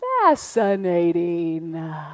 Fascinating